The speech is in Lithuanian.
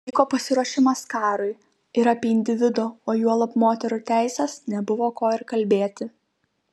vyko pasiruošimas karui ir apie individo o juolab moterų teises nebuvo ko ir kalbėti